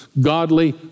Godly